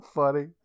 funny